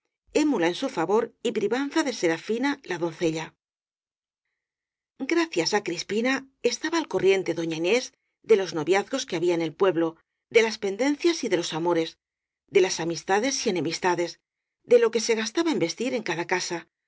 émula en su favor y privanza de serafina la doncella gracias á crispina estaba al corriente doña inés de los noviazgos que había en el pueblo de las pendencias y de los amores de las amistades y ene mistades de lo que se gastaba en vestir en cada casa